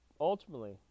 Ultimately